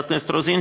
חברת הכנסת רוזין,